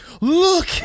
look